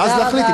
ואז להחליט,